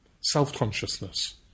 self-consciousness